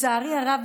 לצערי הרב,